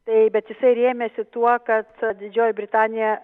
tai bet jisai rėmėsi tuo kad didžioji britanija